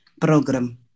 program